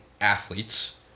athletes